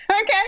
Okay